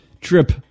trip